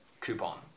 coupon